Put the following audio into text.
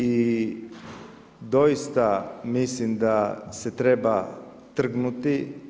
I doista, mislim da se treba trgnuti.